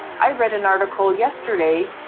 i read an article yesterday.